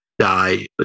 Die